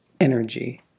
energy